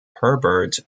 herbert